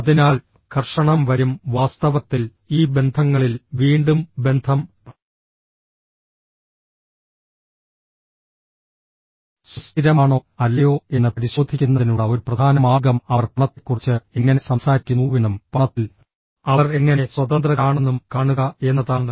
അതിനാൽ ഘർഷണം വരും വാസ്തവത്തിൽ ഈ ബന്ധങ്ങളിൽ വീണ്ടും ബന്ധം സുസ്ഥിരമാണോ അല്ലയോ എന്ന് പരിശോധിക്കുന്നതിനുള്ള ഒരു പ്രധാന മാർഗ്ഗം അവർ പണത്തെക്കുറിച്ച് എങ്ങനെ സംസാരിക്കുന്നുവെന്നും പണത്തിൽ അവർ എങ്ങനെ സ്വതന്ത്രരാണെന്നും കാണുക എന്നതാണ്